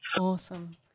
Awesome